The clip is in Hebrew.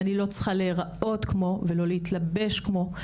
ואני לא צריכה להיראות כמו ולא להתלבש כמו,